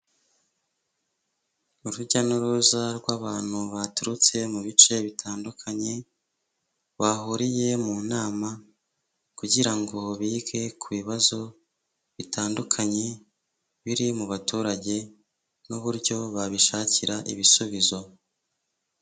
Urujya n'uruza rw'abantu baturutse mu bice bitandukanye bahuriye mu nama kugira ngo bige ku bibazo bitandukanye biri mu baturage n'uburyo babishakira ibisubizo.